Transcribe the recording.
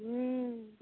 हूँ